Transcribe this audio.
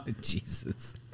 Jesus